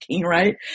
right